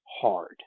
hard